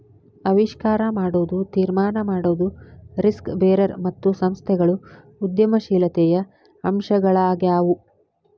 ಆವಿಷ್ಕಾರ ಮಾಡೊದು, ತೀರ್ಮಾನ ಮಾಡೊದು, ರಿಸ್ಕ್ ಬೇರರ್ ಮತ್ತು ಸಂಸ್ಥೆಗಳು ಉದ್ಯಮಶೇಲತೆಯ ಅಂಶಗಳಾಗ್ಯಾವು